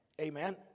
Amen